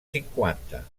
cinquanta